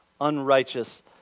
unrighteous